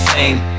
Fame